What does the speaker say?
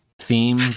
theme